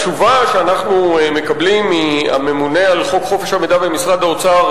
התשובה שאנחנו מקבלים מהממונה על חוק חופש המידע במשרד האוצר,